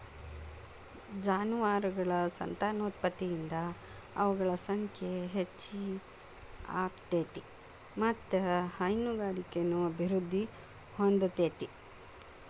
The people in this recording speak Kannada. ಜಾನುವಾರಗಳ ಸಂತಾನೋತ್ಪತ್ತಿಯಿಂದ ಅವುಗಳ ಸಂಖ್ಯೆ ಹೆಚ್ಚ ಆಗ್ತೇತಿ ಮತ್ತ್ ಹೈನುಗಾರಿಕೆನು ಅಭಿವೃದ್ಧಿ ಹೊಂದತೇತಿ